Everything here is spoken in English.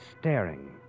staring